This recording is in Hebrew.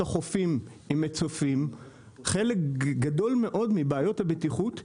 החופים עם מצופים חלק גדול מאוד מבעיות הבטיחות ייפתרו.